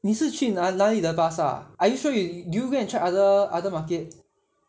你是去哪哪里的巴刹 are you sure you do you go and check other other market